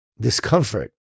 discomfort